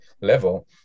level